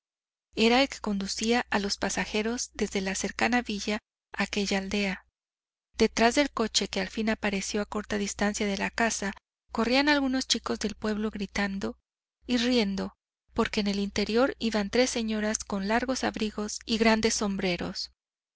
era el que conducía a los pasajeros desde la cercana villa a aquella aldea detrás del coche que al fin apareció a corta distancia de la casa corrían algunos chicos del pueblo gritando y riendo porque en el interior iban tres señoras con largos abrigos y grandes sombreros